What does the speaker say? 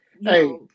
hey